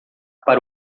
para